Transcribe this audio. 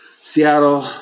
Seattle